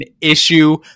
issue